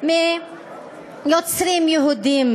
מיוצרים יהודים,